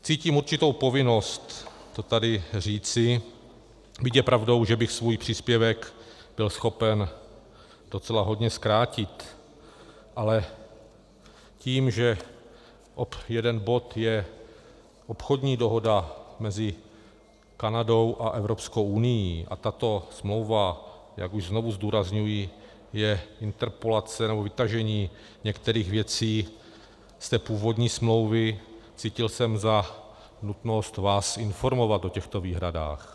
Cítím určitou povinnost to tady říci, byť je pravdou, že bych svůj příspěvek byl schopen docela hodně zkrátit, ale tím, že ob jeden bod je obchodní dohoda mezi Kanadou a EU a tato smlouva, jak už znovu zdůrazňuji, je interpolace nebo vytažení některých věcí z té původní smlouvy, cítil jsem za nutnost vás informovat o těchto výhradách.